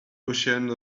oceans